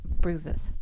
bruises